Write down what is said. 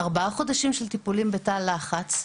ארבעה חודשים של טיפולים בתא לחץ,